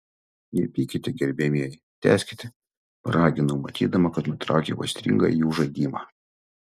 nepykite gerbiamieji tęskite paraginau matydama kad nutraukiau aistringą jų žaidimą